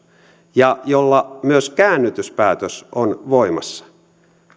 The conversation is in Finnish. ja jolla myös käännytyspäätös on voimassa